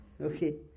Okay